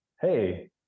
hey